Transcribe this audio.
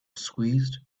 squeezed